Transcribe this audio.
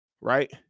right